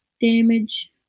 damage